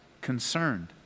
concerned